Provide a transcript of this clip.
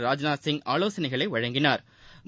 ராஜ்நாத் சிங் ஆலோசனைகளை வழங்கினாா்